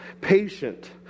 patient